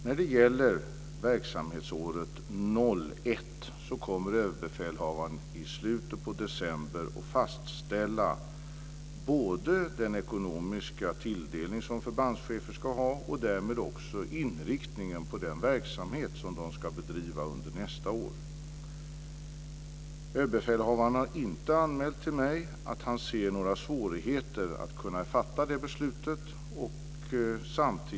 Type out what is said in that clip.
När det gäller verksamhetsåret 2001 kommer överbefälhavaren i slutet av december att fastställa den ekonomiska tilldelning som förbandschefer ska ha, och därmed också inriktningen på den verksamhet som de ska bedriva under nästa år. Överbefälhavaren har inte anmält till mig att han ser några svårigheter inför att fatta det beslutet.